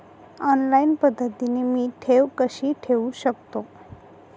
Online पद्धतीने मी ठेव कशी ठेवू शकतो?